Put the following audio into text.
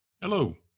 Hello